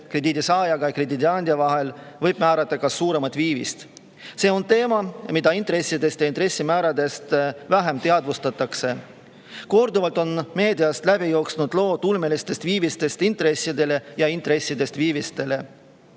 krediidisaaja ja krediidiandja kokkuleppel võib määrata ka suurema viivise. See on teema, mida intresside ja intressimäärade puhul vähem teadvustatakse. Korduvalt on meediast läbi jooksnud lood ulmelistest viivistest intressidele ja intressidest viivistele.